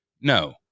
No